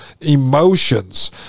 emotions